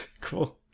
Cool